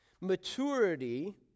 Maturity